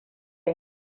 fer